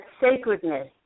sacredness